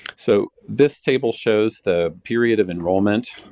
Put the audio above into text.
so, this table shows the period of enrollment,